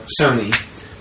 Sony